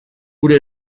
gure